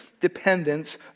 dependence